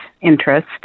interest